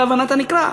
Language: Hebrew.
הבנת הנקרא,